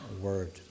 word